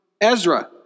Ezra